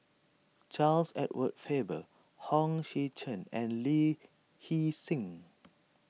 Charles Edward Faber Hong Sek Chern and Lee Hee Seng